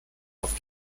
auf